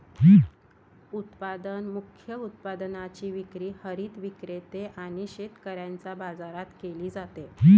उत्पादन मुख्य उत्पादनाची विक्री हरित विक्रेते आणि शेतकऱ्यांच्या बाजारात केली जाते